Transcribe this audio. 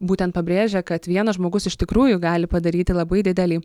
būtent pabrėžia kad vienas žmogus iš tikrųjų gali padaryti labai didelį